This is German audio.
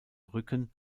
rücken